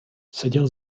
seděl